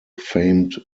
famed